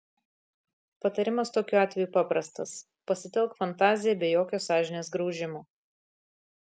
patarimas tokiu atveju paprastas pasitelk fantaziją be jokio sąžinės graužimo